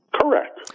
correct